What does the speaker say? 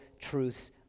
truths